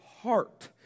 heart